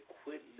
quit